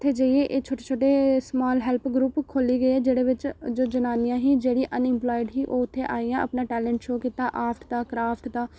उत्थै जाइयै एह् छोटे छोटे समाल हैल्प ग्रुप खोह्ल्ले गे जेह्दे बिच जो जनानियां हियां जेह्ड़ियां अनइम्पलायड हियां ओह् उत्थै आइयां अपना टैलेंट शो कीता आर्ट दा क्राफ्ट दा